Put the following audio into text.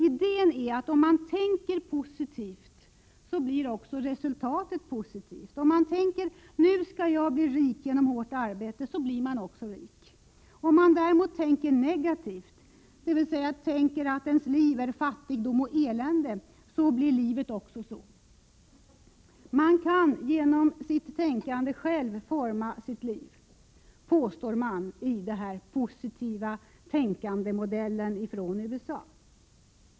Idén är att om man tänker positivt, så blir också resultatet positivt. Om man tänker att ”nu skall jag bli rik genom hårt arbete”, så blir man också rik. Om man däremot tänker negativt, dvs. tänker att ens liv är fattigdom och elände, då blir livet också så. Man kan genom sitt tänkande själv forma sitt liv, påstås det enligt positivt-tänkande-modellen från USA.